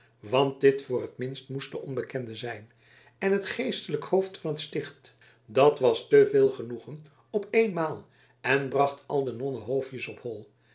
want dit voor t minst moest de onbekende zijn en het geestelijk hoofd van het sticht dat was te veel genoegen op eenmaal en bracht al de nonnenhoofdjes op hol